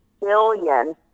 billion